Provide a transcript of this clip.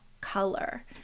color